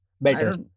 better